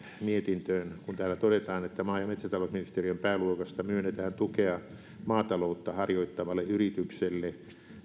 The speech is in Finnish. mietintöön kun täällä todetaan maa ja metsätalousministeriön pääluokasta myönnetään tukea maataloutta harjoittavalle yritykselle